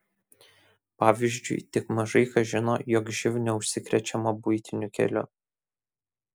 pavyzdžiui tik mažai kas žino jog živ neužsikrečiama buitiniu keliu